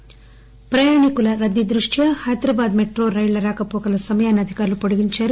metro సేవలు ప్రయాణికుల రద్దీ దృష్ట్యా హైదరాబాద్ మెట్రో రైళ్ల రాకపోకల సమయాన్సి అధికారులు పొడిగించారు